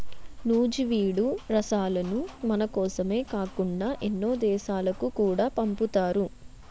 నూజివీడు రసాలను మనకోసమే కాకుండా ఎన్నో దేశాలకు కూడా పంపుతారు